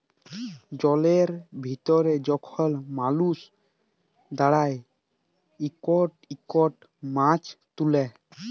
জলের ভিতরে যখল মালুস দাঁড়ায় ইকট ইকট মাছ তুলে